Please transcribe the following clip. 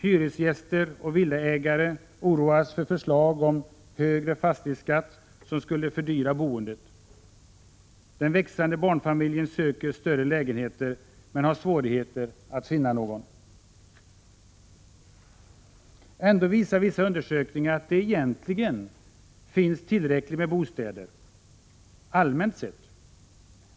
Hyresgäster och villaägare oroas av förslag om högre fastighetsskatt som skulle fördyra boendet. Den växande barnfamiljen söker större lägenhet men har svårigheter att finna någon. Ändå visar undersökningar att det egentligen finns tillräckligt med bostäder, allmänt sett.